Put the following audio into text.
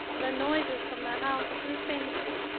the noises from the house grew fainter.